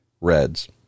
reds